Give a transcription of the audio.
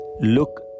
look